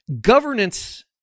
governance